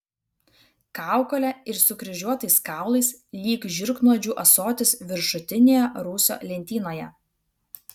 kaukole ir sukryžiuotais kaulais lyg žiurknuodžių ąsotis viršutinėje rūsio lentynoje